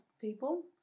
people